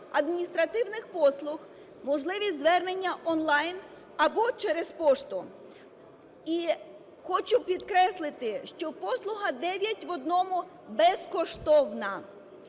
адміністративний послуг, можливість звернення онлайн або через пошту. І хочу підкреслити, що послуга дев'ять в одному безкоштовна.